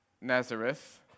Nazareth